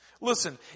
Listen